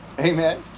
Amen